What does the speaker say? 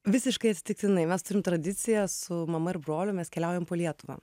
visiškai atsitiktinai mes turim tradiciją su mama ir broliu mes keliaujam po lietuvą